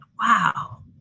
wow